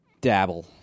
dabble